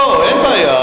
לא, אין בעיה.